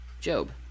Job